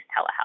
telehealth